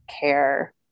care